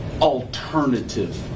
alternative